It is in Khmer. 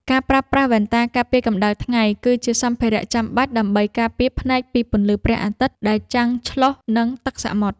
ការប្រើប្រាស់វ៉ែនតាការពារកម្ដៅថ្ងៃ គឺជាសម្ភារៈចាំបាច់ដើម្បីការពារភ្នែកពីពន្លឺព្រះអាទិត្យដែលចាំងឆ្លុះនឹងទឹកសមុទ្រ។